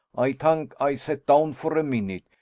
ay tank ay sat down for a minute.